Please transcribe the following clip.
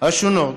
השונות